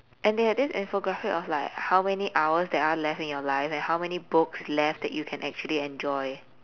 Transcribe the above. and they had this infographic of like how many hours there are left in you life and how many books left that you can actually enjoy